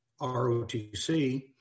ROTC